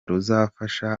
ruzafasha